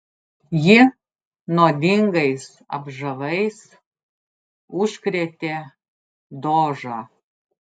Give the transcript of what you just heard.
ji nuodingais apžavais užkrėtė dožą